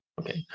Okay